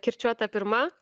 kirčiuota pirma